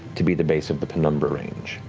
to be the base of the penumbra range.